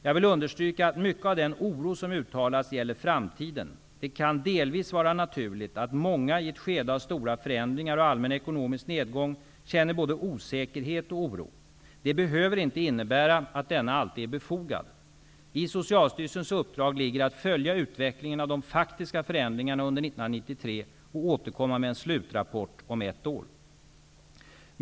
Jag vill understryka att mycket av den oro som uttalats gäller framtiden. Det kan delvis vara naturligt att många i ett skede av stora förändringar och allmän ekonomisk nedgång känner både osäkerhet och oro. Det behöver inte innebära att denna alltid är befogad. I Socialstyrelsens uppdrag ligger att följa utvecklingen av de faktiska förändringarna under 1993 och återkomma med en slutrapport om ett år.